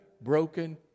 broken